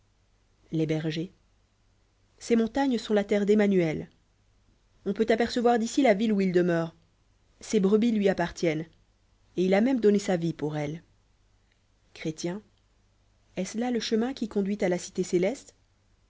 les betgers ces montagnes sont la terre d'emmanuel on peut apercevoir d'ici la ville où il demeure ces brebis lui appartiennent et il a même donné sa vie pour elles chrét est-ce là le chemin qui conduit à la cité céleste